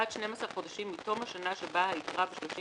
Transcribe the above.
עד שנים עשר חודשים מתום השנה שבה היתרה ב-31